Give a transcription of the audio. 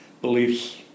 beliefs